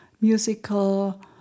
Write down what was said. musical